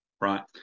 right